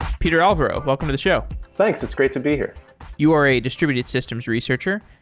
peter alvaro, welcome to the show thanks, it's great to be here you are a distributed systems researcher.